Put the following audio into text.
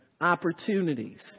opportunities